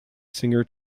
singer